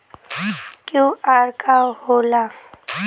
QR का होला?